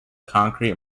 concrete